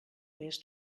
més